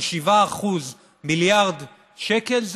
כ-7% זה כמיליארד שקל,